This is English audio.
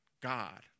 God